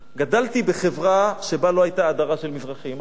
גדלתי בחברה שבה לא היתה הדרה של מזרחים, הפוך.